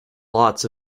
lots